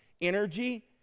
energy